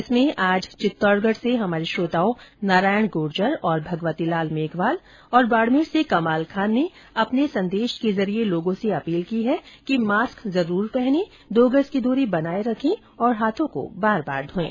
इसमें आज चित्तौड़गढ़ से हमारे श्रोताओं नारायण गूर्जर और भगवती लाल मेघवाल बाड़मेर से कमाल खान ने अपने संदेश के जरिये लोगों से ॅअपील की है कि मास्क जरूर पहनें दो गज की दूरी बनाए रखे और हाथों को बार बार धोये